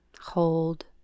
Hold